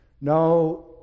Now